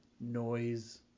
noise